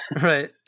Right